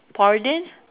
pardon